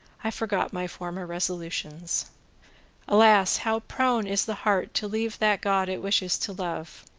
i forgot my former resolutions alas! how prone is the heart to leave that god it wishes to love!